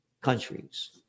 countries